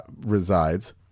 resides